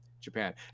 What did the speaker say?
Japan